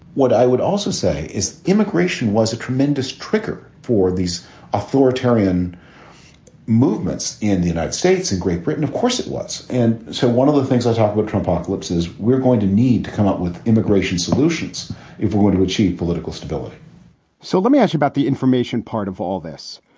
what i would also say is immigration was a tremendous trigger for these authoritarian movements in the united states and great britain. of course it was. and so one of the things i talk about trump pocalypse is we're going to need to come up with immigration solutions if we were to achieve political stability so let me ask you about the information part of all this.